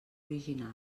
original